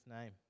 name